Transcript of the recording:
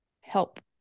help